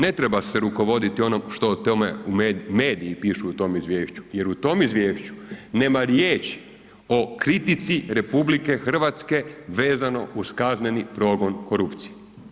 Ne treba se rukovoditi onom što o tome mediji pišu u tom izvješću jer u tom izvješću nema riječi o kritici RH vezano uz kazneni progon korupcije.